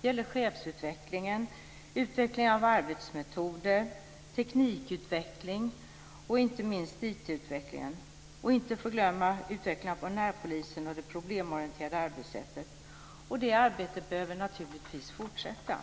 Det gäller chefsutvecklingen, utvecklingen av arbetsmetoder, teknikutveckling och inte minst IT-utvecklingen. Inte att förglömma är utvecklingen av närpolisen och det problemorienterade arbetssättet. Det arbetet behöver naturligtvis fortsätta.